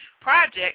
project